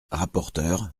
rapporteure